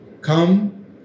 Come